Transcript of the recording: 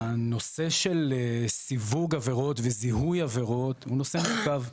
הנושא של סיווג עבירות וזיהוי עבירות הוא נושא מורכב.